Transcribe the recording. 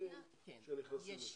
רובם המכריע של יוצאי אתיופיה, כן, ישנם.